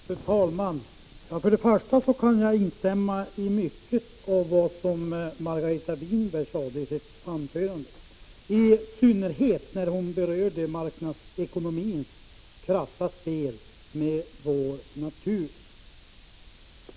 Fru talman! Först och främst kan jag instämma i mycket av vad Margareta Winberg sade i sitt anförande, i synnerhet när hon berörde marknadsekonomins krassa spel med vår natur.